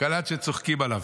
קלט שצוחקים עליו.